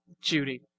Judy